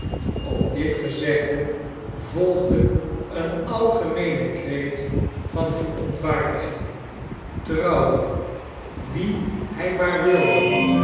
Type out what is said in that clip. op dit gezegde volgde een algemeene kreet van verontwaardiging trouwen wie hij maar wilde